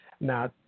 Now